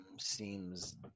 seems